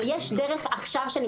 תודה.